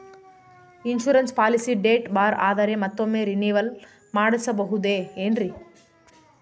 Insurance policy date ಬಾರ್ ಆದರೆ ಮತ್ತೊಮ್ಮೆ ರಿನಿವಲ್ ಮಾಡಿಸಬಹುದೇ ಏನ್ರಿ?